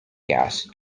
gas